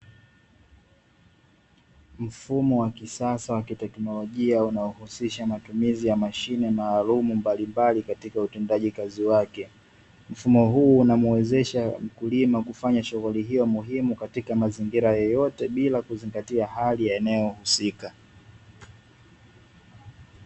Mfumo wa kisasa wa kiteknolojia unaohusisha matumizi ya mashine maalumu mbalimbali katika utendaji kazi wake. Mfumo huu unamuwezesha mkulima kufanya shughuli hiyo muhimu katika mazingira yoyote bila kuzingatia hali ya eneo husika.